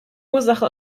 ursache